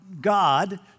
God